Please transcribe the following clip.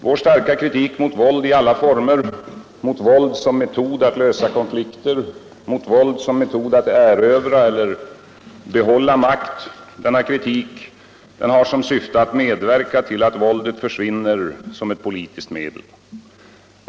Vår starka kritik mot våld i alla former, vår kritik mot våld som metod att lösa konflikter och vår kritik mot våld som metod att erövra eller bibehålla makt har som syfte att medverka till att våldet försvinner som ett politiskt medel.